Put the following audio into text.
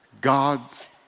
God's